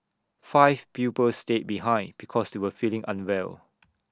five pupils stayed behind because they were feeling unwell